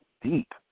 deep